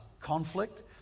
conflict